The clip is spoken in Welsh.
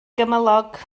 gymylog